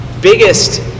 biggest